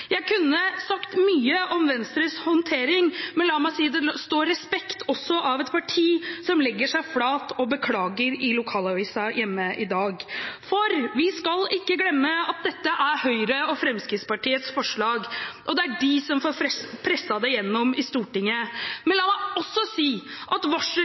Jeg kunne sagt mye om Venstres håndtering, men la meg si at det står respekt også av et parti som legger seg flat og beklager i lokalavisen hjemme i dag. Vi skal ikke glemme at dette er Høyre og Fremskrittspartiets forslag, og at det er de som får presset det gjennom i Stortinget. La meg også si at